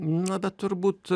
na bet turbūt